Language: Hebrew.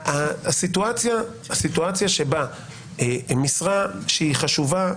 הסיטואציה שבה משרה שהיא חשובה,